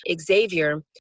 Xavier